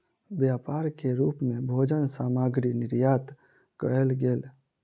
व्यापार के रूप मे भोजन सामग्री निर्यात कयल गेल